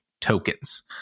tokens